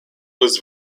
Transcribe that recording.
was